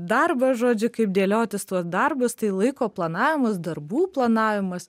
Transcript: darbą žodžiu kaip dėliotis tuos darbus tai laiko planavimas darbų planavimas